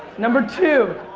number two.